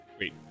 Wait